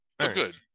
good